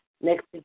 next